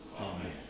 Amen